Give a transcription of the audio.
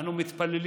אנחנו מתפללים